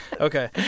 Okay